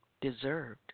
deserved